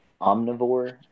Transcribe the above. omnivore